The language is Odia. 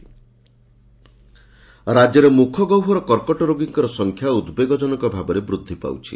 ସମ୍ମିଳନୀ ରାଜ୍ୟରେ ମୁଖ ଗହ୍ୱର କର୍କଟ ରୋଗୀଙ୍କର ସଂଖ୍ୟା ଉଦ୍ବେଗଜନକ ଭାବରେ ବୃଦ୍ଧି ପାଉଛି